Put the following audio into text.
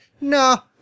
no